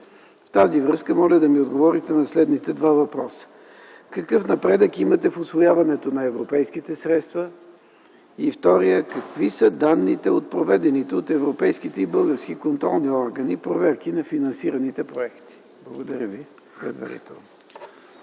В тази връзка моля да ми отговорите на следните два въпроса: 1. Какъв напредък имате в усвояването на европейските средства? 2. Какви са данните от проведените от европейските и български контролни органи проверки на финансираните проекти? Благодаря Ви предварително.